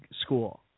school